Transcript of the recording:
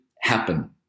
happen